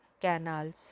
canals